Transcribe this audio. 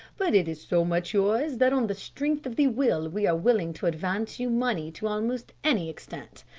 but it is so much yours that on the strength of the will we are willing to advance you money to almost any extent.